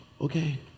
okay